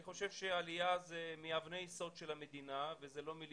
אני חושב שהעלייה היא מאבני היסוד של המדינה ואלה לא מלים